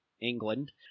England